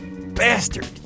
bastard